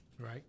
Right